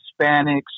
Hispanics